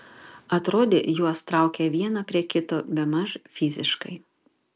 atrodė juos traukia vieną prie kito bemaž fiziškai